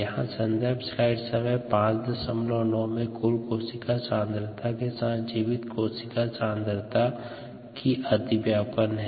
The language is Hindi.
यहाँ सन्दर्भ स्लाइड समय 0509 में कुल कोशिका सांद्रता के साथ जीवित कोशिका सांद्रता की अतिव्यापन है